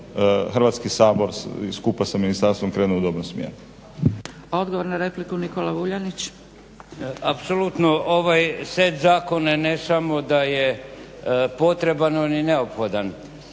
Hrvatski sabor skupa sa ministarstvom krenuo u dobrom smjeru.